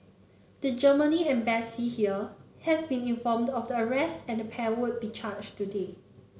the Germany Embassy here has been informed of the arrest and the pair would be charged today